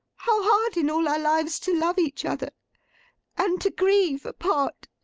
how hard in all our lives to love each other and to grieve, apart,